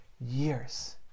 years